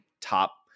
top